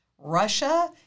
Russia